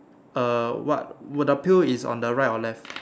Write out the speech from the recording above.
uh what would the pill is on the right or left